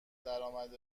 درامد